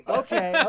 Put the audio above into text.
okay